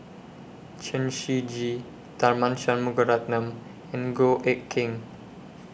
Chen Shiji Tharman Shanmugaratnam and Goh Eck Kheng